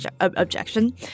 objection